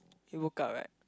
he workout right